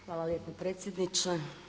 Hvala lijepo predsjedniče.